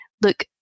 Look